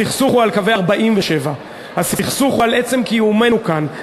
הסכסוך הוא על קווי 47'. הסכסוך הוא על עצם קיומנו כאן.